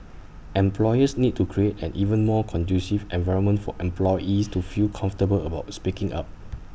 employers need to create an even more conducive environment for employees to feel comfortable about speaking up